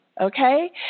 okay